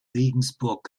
regensburg